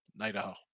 Idaho